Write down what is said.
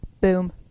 boom